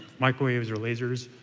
microwaves or lasers,